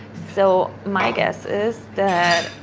so my guess is that